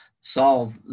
solve